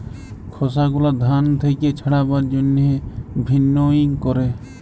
খসা গুলা ধান থেক্যে ছাড়াবার জন্হে ভিন্নউইং ক্যরে